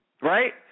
right